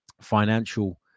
financial